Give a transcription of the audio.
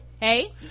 hey